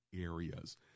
areas